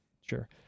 Sure